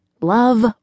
Love